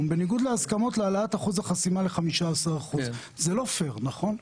בניגוד להסכמות להעלאת אחוז החסימה ל-15% זה לא פר נכון?